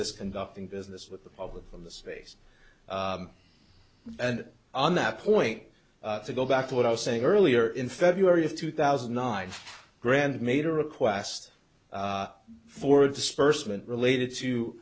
this conducting business with the public from the space and on that point to go back to what i was saying earlier in february of two thousand and nine grand made a request for dispersement related to